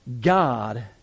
God